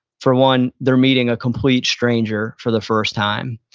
for one, they're meeting a complete stranger for the first time.